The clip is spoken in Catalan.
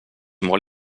molt